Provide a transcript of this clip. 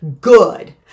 good